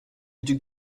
duc